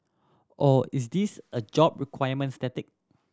or is this a job requirement static